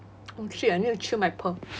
oh shit I need to chew my pearl